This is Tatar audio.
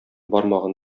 бармагын